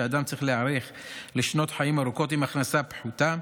שאדם צריך להיערך לשנות חיים ארוכות עם הכנסה פחותה,